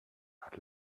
hat